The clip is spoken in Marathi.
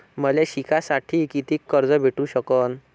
मले शिकासाठी कितीक कर्ज भेटू सकन?